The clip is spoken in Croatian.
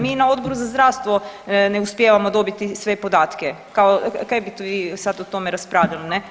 Mi na Odboru za zdravstvo ne uspijevamo dobiti sve podatke, kao kaj bite vi sad o tome raspravljali ne.